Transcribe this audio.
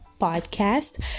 podcast